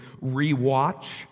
re-watch